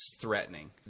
threatening